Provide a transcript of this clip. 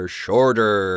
shorter